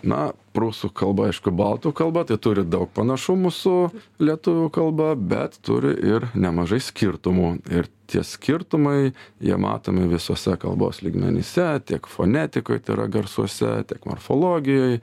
na prūsų kalba aišku baltų kalba tai turi daug panašumų su lietuvių kalba bet turi ir nemažai skirtumų ir tie skirtumai jie matomi visuose kalbos lygmenyse tiek fonetikoj tai yra garsuose tiek morfologijoj